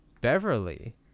Beverly